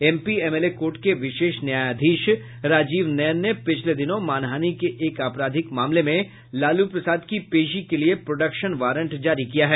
MP MLA court के विशेष न्यायाधीश राजीव नयन ने पिछले दिनों मानहानि के एक मामलें में लालू प्रसाद की पेशी के लिए प्रोडक्शन वारंट जारी किया है